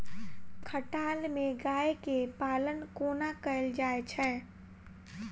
खटाल मे गाय केँ पालन कोना कैल जाय छै?